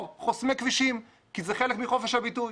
חוסמי כבישים כי זה חלק מחופש הביטוי.